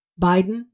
Biden